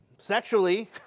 Sexually